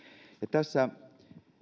tässä